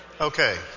Okay